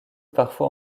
parfois